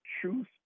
truth